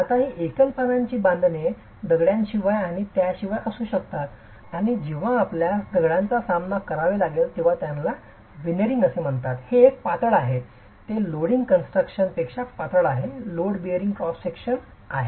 आता ही एकल पानांची बांधकामे दगडांशिवाय किंवा त्यांच्याशिवाय असू शकतात आणि जेव्हा आपल्यास दगडांचा सामना करावा लागतो तेव्हा त्याला विणेरिंग म्हणतात हे एक पातळ आहे ते लोडिंग कन्स्ट्रक्शन पेक्षा पातळ आहे लोड बेअरिंग क्रॉस सेक्शन आहे